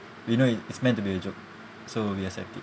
you know it it's meant to be a joke so we accept it